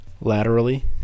laterally